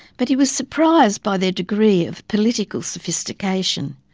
but he was surprised by their degree of political sophistication.